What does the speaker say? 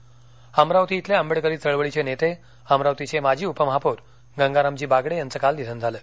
निधन अमरावती इथले आंबेडकरी चळवळीचे नेते अमरावतीचे माजी उपमहापौर गंगारामजी बागडे यांचं काल निधन झालं